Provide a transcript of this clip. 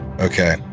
Okay